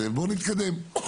בואו נתקדם.